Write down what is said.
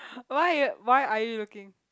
why are you why are you looking